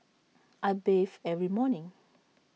I bathe every morning